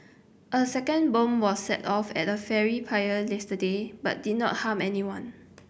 a second bomb was set off at a ferry pier yesterday but did not harm anyone